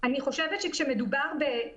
אני מסכימה עם אדוני.